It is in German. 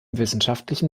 wissenschaftlichen